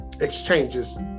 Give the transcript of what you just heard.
exchanges